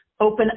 open